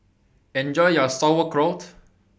Enjoy your Sauerkraut